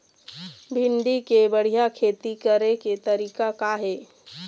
भिंडी के बढ़िया खेती करे के तरीका का हे?